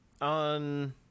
On